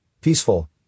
peaceful